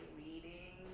reading